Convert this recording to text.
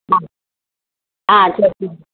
ஆ ஆ சரி